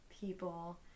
people